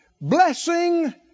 blessing